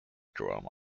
drama